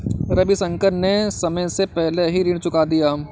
रविशंकर ने समय से पहले ही ऋण चुका दिया